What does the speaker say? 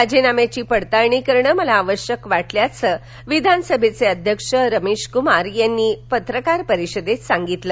राजीनाम्यांची पडताळणी करणं मला आवश्यक वाटल्याचं विधानसभेचे अध्यक्ष रमेश कुमार यांनी पत्रकार परिषदेत सांगितलं